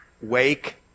wake